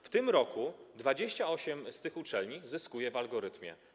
W tym roku 28 z tych uczelni zyskuje na algorytmie.